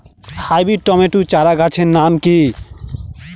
Hybrid tomato চারাগাছের নাম কি?